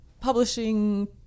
publishing